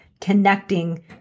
connecting